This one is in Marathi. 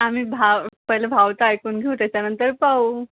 आम्ही भाव पहिले भाव तर ऐकून घेऊ त्याच्यानंतर पाहू